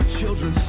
children